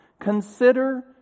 Consider